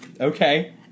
Okay